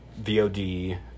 VOD